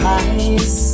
eyes